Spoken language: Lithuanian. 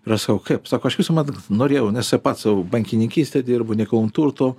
ir aš sakau kaip sako aš visuomet norėjau nes ir pats su bankininkyste dirbu nekilnojamu turtu